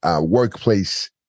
workplace